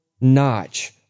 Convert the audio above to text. notch